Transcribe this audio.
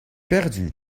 perdu